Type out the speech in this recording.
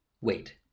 Wait